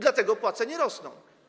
Dlatego płace nie rosną.